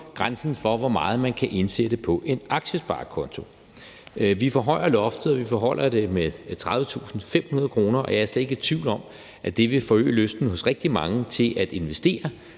grænsen for, hvor meget man kan indsætte på en aktiesparekonto. Vi forhøjer loftet. Vi forhøjer det med 30.500 kr., og jeg er slet ikke i tvivl om, at det vil forøge lysten hos rigtig mange til at investere